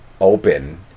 open